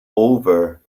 over